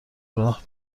راه